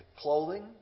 clothing